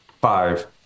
five